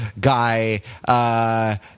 guy